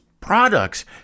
Products